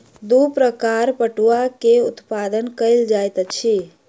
दू प्रकारक पटुआ के उत्पादन कयल जाइत अछि